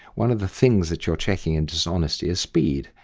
one of the things that you're checking in dishonesty is speed.